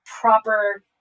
proper